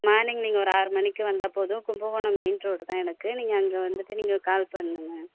morning நீங்கள் ஒரு ஆறு மணிக்கு வந்தால் போதும் கும்பகோணம் மெயின் ரோடு தான் எனக்கு நீங்கள் அங்கே வந்துட்டு நீங்கள் கால் பண்ணுங்க மேம்